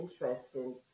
interesting